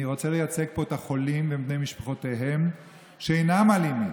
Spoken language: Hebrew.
אני רוצה לייצג פה את החולים ובני משפחותיהם שאינם אלימים